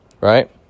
Right